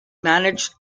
managed